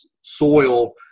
soil